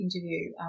interview